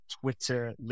Twitter